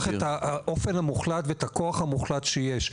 את האופן המוחלט ואת הכוח המוחלט שיש.